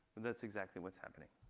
and that's exactly what's happening.